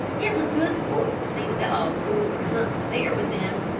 it was good sport to see the dogs when we were hunting a bear with them.